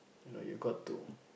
you know you got to